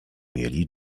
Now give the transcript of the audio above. mieli